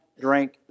drink